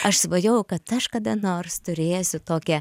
aš svajojau kad aš kada nors turėsiu tokią